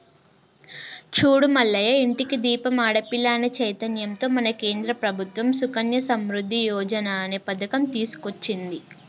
చూడు మల్లయ్య ఇంటికి దీపం ఆడపిల్ల అనే చైతన్యంతో మన కేంద్ర ప్రభుత్వం సుకన్య సమృద్ధి యోజన అనే పథకం తీసుకొచ్చింది